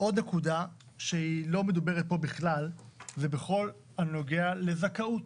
עוד נקודה שלא מדוברת פה הכלל והיא נוגעת לזכאות